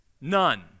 None